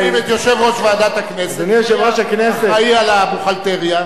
היו מביאים את יושב-ראש ועדת הכנסת שהוא יהיה אחראי לבוכהלטריה,